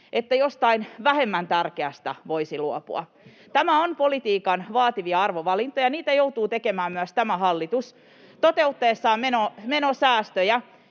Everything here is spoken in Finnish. että jostain vähemmän tärkeästä voisi luopua. [Ben Zyskowicz: Eikö totta?] Nämä ovat politiikan vaativia arvovalintoja; niitä joutuu tekemään myös tämä hallitus toteuttaessaan menosäästöjä.